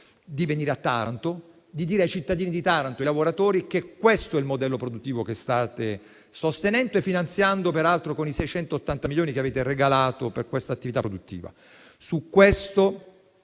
di venire a Taranto e di dire ai cittadini di Taranto e ai lavoratori che questo è il modello produttivo che state sostenendo e finanziando, peraltro con i 680 milioni di euro che avete regalato per questa attività produttiva. Su questo